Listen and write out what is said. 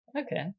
Okay